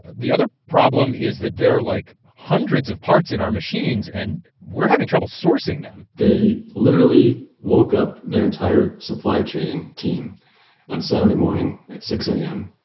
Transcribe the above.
the other problem is that there are, like, hundreds of parts in our machines. and we're having trouble sourcing them they literally woke up their entire supply chain team on saturday morning at six a m.